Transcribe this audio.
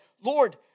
Lord